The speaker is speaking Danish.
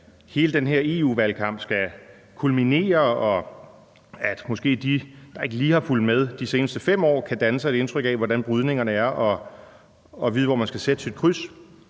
hele den her EU-valgkamp skal kulminere, og hvor de, der måske ikke lige har fulgt med de seneste 5 år, kan danne sig et indtryk af, hvordan brydningerne er, og vide, hvor man skal sætte sit kryds,